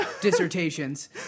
dissertations